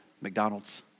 McDonald's